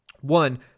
One